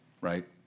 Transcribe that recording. right